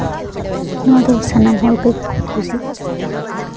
ᱱᱚᱣᱟ ᱫᱚ ᱥᱟᱱᱟᱢ ᱦᱚᱲ ᱜᱮᱠᱚ ᱠᱩᱥᱤᱭᱟᱜᱼᱟ